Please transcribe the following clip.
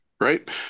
right